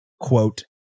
quote